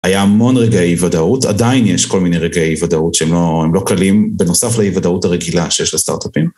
היה המון רגעי אי-ודאות, עדיין יש כל מיני רגעי אי-ודאות שהם לא קלים, בנוסף לאי-ודאות הרגילה שיש לסטארט-אפים.